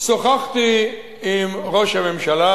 שוחחתי עם ראש הממשלה,